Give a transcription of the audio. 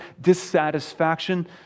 dissatisfaction